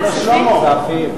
כלכלה,